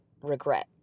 regret